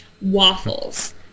waffles